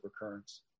recurrence